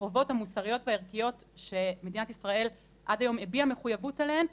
בחובות המוסריות והערכיות שמדינת ישראל עד היום הביעה מחויבות אליהן,